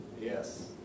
yes